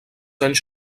anys